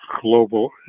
global